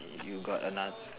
you got another